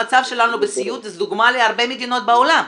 המצב שלנו בסיעוד זו דוגמה להרבה מדינות בעולם,